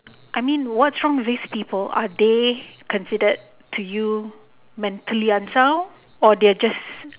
I mean what's wrong with these people are they considered to you mentally unsound or they are just